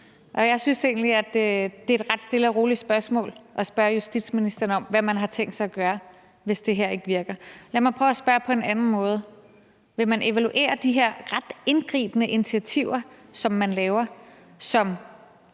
Jeg synes egentlig, det er et ret stille og roligt spørgsmål at spørge justitsministeren, hvad man har tænkt sig at gøre, hvis det her ikke virker. Lad mig prøve at spørge på en anden måde: Vil man evaluere de her ret indgribende initiativer, som man laver, og